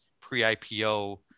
pre-IPO